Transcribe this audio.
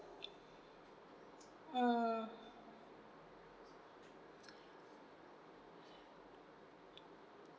mm